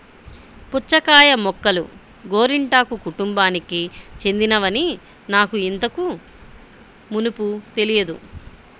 పుచ్చకాయ మొక్కలు గోరింటాకు కుటుంబానికి చెందినవని నాకు ఇంతకు మునుపు తెలియదు